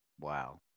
Wow